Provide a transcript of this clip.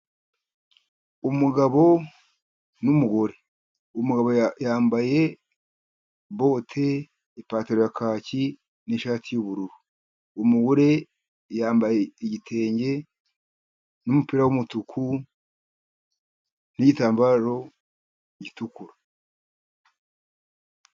Umugabo n'umugore, umugabo yambaye bote, ipantaro ya kaki, n'ishati y'ubururu. Umugore yambaye igitenge n'umupira w'umutuku n'igitambaro gitukura.